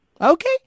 Okay